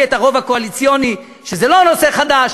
את הרוב הקואליציוני לכך שזה לא נושא חדש,